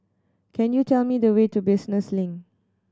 can you tell me the way to Business Link